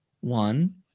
one